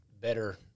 better